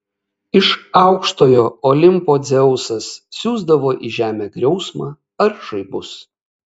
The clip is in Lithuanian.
iš aukštojo olimpo dzeusas siųsdavo į žemę griausmą ir žaibus